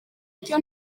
icyo